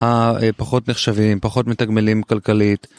הפחות נחשבים, פחות מתגמלים כלכלית